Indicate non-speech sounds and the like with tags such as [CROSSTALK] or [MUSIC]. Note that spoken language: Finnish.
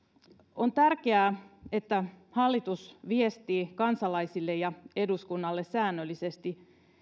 on tärkeää että hallitus viestii kansalaisille ja eduskunnalle säännöllisesti [UNINTELLIGIBLE]